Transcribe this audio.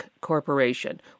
Corporation